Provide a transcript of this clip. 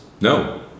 No